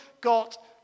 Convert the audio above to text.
got